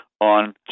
on